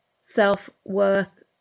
self-worth